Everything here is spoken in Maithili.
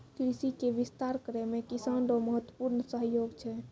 कृषि के विस्तार करै मे किसान रो महत्वपूर्ण सहयोग छै